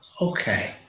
okay